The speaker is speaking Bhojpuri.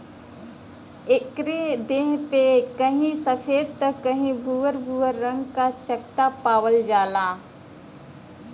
एकरे देह पे कहीं सफ़ेद त कहीं भूअर भूअर रंग क चकत्ता पावल जाला